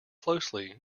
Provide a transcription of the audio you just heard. closely